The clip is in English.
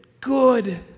good